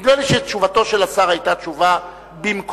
נדמה לי שתשובתו של השר היתה תשובה במקומה.